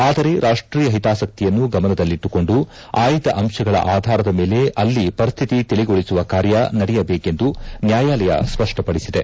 ಆದರೆ ರಾಷ್ಟೀಯ ಹಿತಾಸಕ್ತಿಯನ್ನು ಗಮನದಲ್ಲಿಟ್ಟುಕೊಂಡು ಆಯ್ದ ಅಂಶಗಳ ಆಧಾರದ ಮೇಲೆ ಅಲ್ಲಿ ಪರಿಸ್ಥಿತಿ ತಿಳಿಗೊಳಿಸುವ ಕಾರ್ಯ ನಡೆಯಬೇಕೆಂದು ನ್ಯಾಯಾಲಯ ಸ್ಪಷ್ಟಪಡಿಸಿದೆ